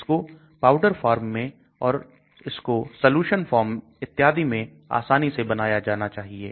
इसको powder form में और इसको सलूशन फॉर्म इत्यादि में आसानी से बनाया जाना चाहिए